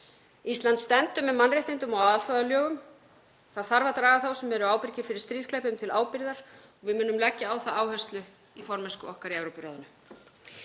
Ísland stendur með mannréttindum og alþjóðalögum. Það þarf að draga þá sem eru ábyrgir fyrir stríðsglæpum til ábyrgðar og við munum leggja á það áherslu í formennsku okkar í Evrópuráðinu.